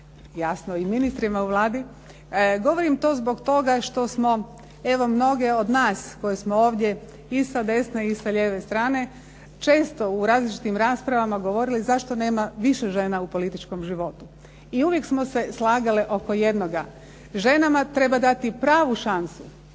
jasno i ministrima u Vladi. Govorim to zbog toga što smo evo mnoge od nas koje smo ovdje, i sa desne i sa lijeve strane, često u različitim raspravama govorile zašto nema više žena u političkom životu i uvijek smo se slagale oko jednoga, ženama treba dati pravu šansu.